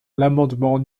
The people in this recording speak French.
l’amendement